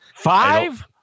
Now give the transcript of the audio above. Five